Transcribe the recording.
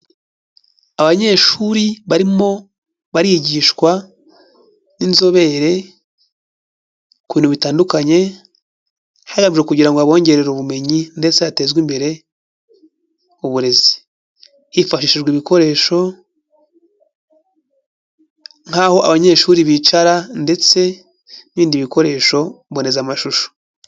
Abanyeshuri barimo barigishwa n'inzobere ku bintu bitandukanye hagamijwe kugira ngo abongererere ubumenyi ndetse hatezwe imbere uburezi hifashishijwe ibikoresho nk'aho abanyeshuri bicara ndetse n'ibindi bikoresho mbonezamashusho.